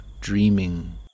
dreaming